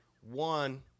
one